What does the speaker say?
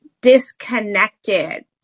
disconnected